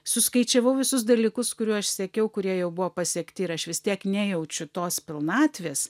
suskaičiavau visus dalykus kurių aš siekiau kurie jau buvo pasiekti ir aš vis tiek nejaučiu tos pilnatvės